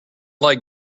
like